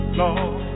long